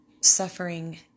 Suffering